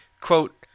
quote